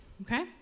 okay